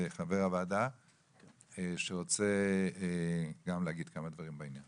חבר הוועדה שרוצה גם להגיד כמה דברים בעניין.